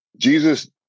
Jesus